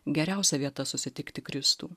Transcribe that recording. geriausia vieta susitikti kristų